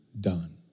done